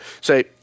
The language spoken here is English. Say